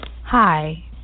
Hi